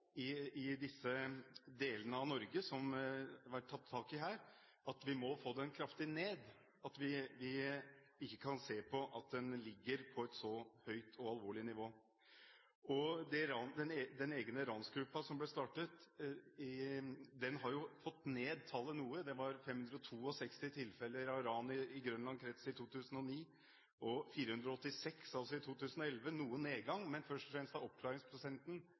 i disse delene av Norge som det har vært tatt tak i her, at vi må få den kraftig ned. Vi kan ikke se på at den ligger på et så høyt og alvorlig nivå. En egen ransgruppe som ble startet, har fått tallet noe ned. Det var 562 tilfeller av ran i Grønland krets i 2009 og 486 i 2011 – noe nedgang, men først og fremst har oppklaringsprosenten